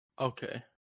Okay